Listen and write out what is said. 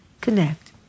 Connect